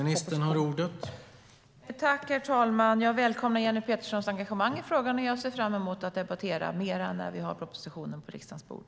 Herr talman! Jag välkomnar Jenny Peterssons engagemang i frågan, och jag ser fram emot att debattera mer när propositionen kommer på riksdagens bord.